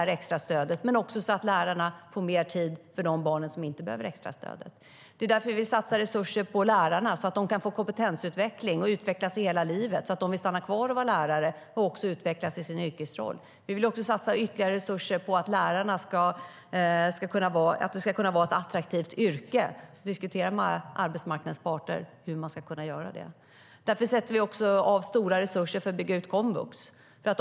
Det innebär också att lärarna får mer tid för de barn som inte behöver extra stöd. Det är därför vi vill satsa resurser på lärarna så att de kan få kompetensutveckling och utvecklas hela livet så att de vill stanna kvar i läraryrket och också utvecklas i sin yrkesroll. Därför sätter vi också av stora resurser för att bygga ut komvux.